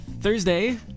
Thursday